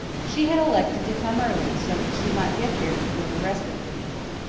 she had elected to come early so that she might get there before the rest of the people.